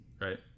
right